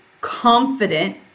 confident